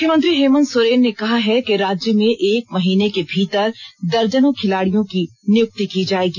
मुख्यमंत्री हेमन्त सोरेन ने कहा है कि राज्य में एक महीने के भीतर दर्जनों खिलाडियों की नियुक्ति की जाएगी